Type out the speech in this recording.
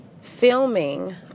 filming